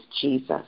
Jesus